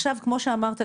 כמו שאמרת,